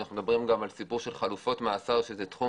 שאנחנו מדברים גם על סיפור של חלופות מאסר שזה תחום